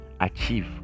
achieve